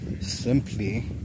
simply